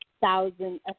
thousand